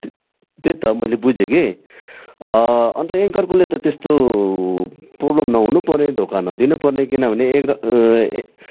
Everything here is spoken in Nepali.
त्य त्यो त मैले बुझेँ कि अन्त एङ्करकोले त त्यस्तो प्रोब्लम नहुनु पर्ने धोका नदिनु पर्ने किनभने एक र